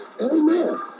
Amen